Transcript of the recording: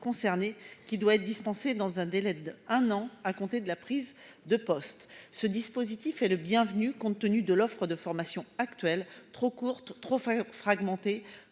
concernées qui doit être dispensé dans un délai d'un an à compter de la prise de poste, ce dispositif est le bienvenu, compte tenu de l'offre de formation actuelle trop courte trop fragmenté